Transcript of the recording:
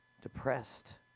depressed